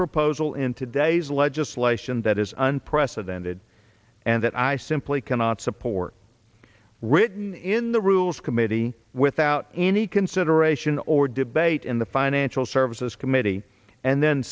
proposal in today's legislation that is unprecedented and that i simply cannot support written in the rules committee without any consideration or debate in the financial services committee and then